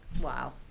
Wow